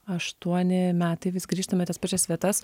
aštuoni metai vis grįžtame į tas pačias vietas